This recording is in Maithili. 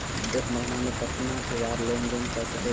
एक महीना में केतना बार लेन देन कर सके छी?